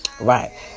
Right